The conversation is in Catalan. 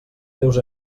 teus